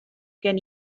gen